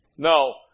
No